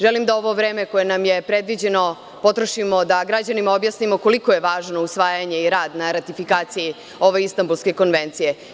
Želim da ovo vreme koje nam je predviđeno potrošimo na to da građanima objasnimo koliko je važno usvajanje i rad na ratifikaciji ove Istanbulske konvencije.